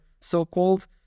so-called